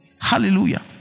hallelujah